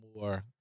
more